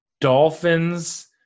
Dolphins